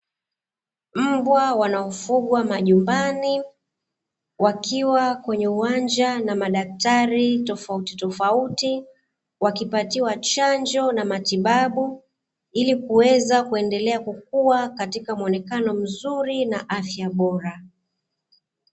Mbwa wanaofugwa nyumbani wakiwa kwenye uwanja na madaktali tofauti tofauti, wakipatiwa chanjo na matibabu ili kuweza kukua katika muonekano mzuri na afya bora.